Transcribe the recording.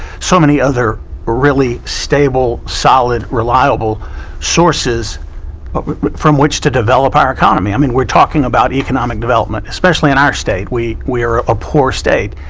so many other really stable solid reliable sources from which to develop our economy. i mean we're talking about economic development especially in our state. we we are a poor state.